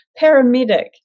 Paramedic